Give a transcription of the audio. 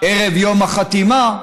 לערב יום החתימה,